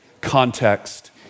context